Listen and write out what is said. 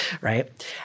right